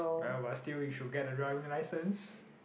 well but still you should get a driving license